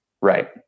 Right